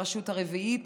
הרשות הרביעית,